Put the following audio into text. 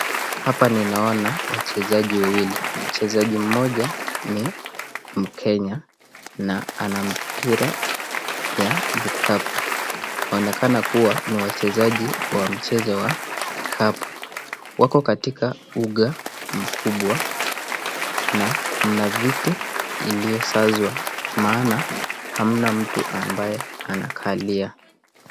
Hapa ninaona wachezaji wawili, mchezaji mmoja ni mkenya na ana mpira ya vikapu, wanaonekana kuwa ni wachezaji wa michezo wa vikapu, wako katika uga mkubwa na mna viti iliosazwa maana hamna mtu ambaye anakalia.